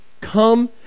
come